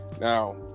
Now